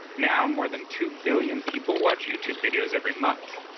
now more than two billion people watch youtube videos every month.